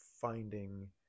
finding